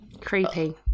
Creepy